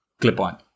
clip-on